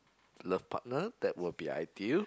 love partner that will be ideal